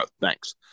Thanks